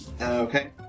Okay